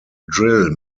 drill